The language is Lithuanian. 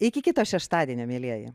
iki kito šeštadienio mielieji